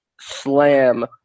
slam